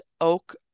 Oak